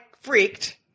freaked